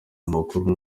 amakuru